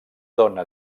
dóna